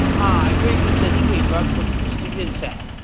ꯑꯥ ꯑꯩꯈꯣꯏꯒꯤ ꯆꯍꯤꯒꯤ ꯑꯣꯏꯕ ꯀꯨꯠ ꯐꯦꯁꯇꯤꯚꯦꯜꯁꯦ